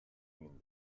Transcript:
mean